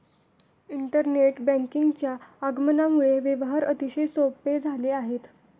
internet बँकिंगच्या आगमनामुळे व्यवहार अतिशय सोपे झाले आहेत